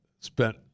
spent